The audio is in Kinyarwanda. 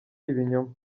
ibinyoma